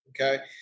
okay